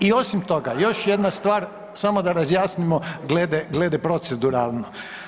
I osim toga, još jedna stvar, samo da razjasnimo glede proceduralno.